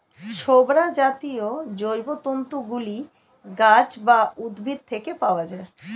ছোবড়া জাতীয় জৈবতন্তু গুলি গাছ বা উদ্ভিদ থেকে পাওয়া যায়